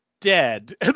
dead